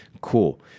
Cool